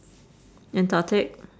antarctic